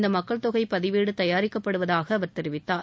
இந்த மக்கள் தொகை பதிவேடு தயாரிக்கப்படுவதாக அவர் தெரிவித்தார்